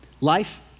life